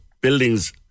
buildings